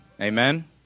Amen